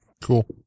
Cool